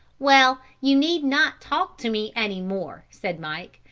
well, you need not talk to me any more, said mike,